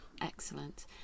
excellent